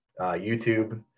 YouTube